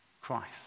Christ